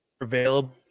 available